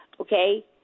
Okay